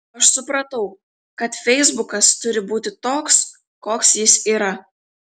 aš supratau kad feisbukas turi būti toks koks jis yra